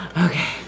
okay